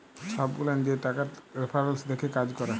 ছব গুলান যে টাকার রেফারেলস দ্যাখে কাজ ক্যরে